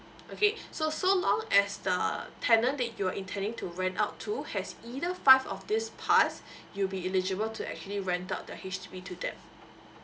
okay so so long as the tenant that you're intending to rent out to has either five of this pass you'll be eligible to actually rent out the H_D_B to them